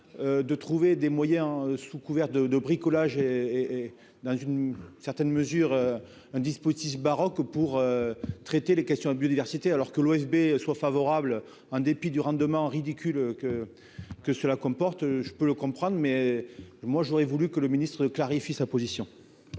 de trouver des moyens sous couvert de de bricolage et et dans une certaine mesure, un dispositif baroque pour traiter les questions de biodiversité, alors que l'ESB soit favorable en dépit du rendement ridicule que que cela comporte, je peux le comprendre, mais moi j'aurais voulu que le ministre-clarifie sa position.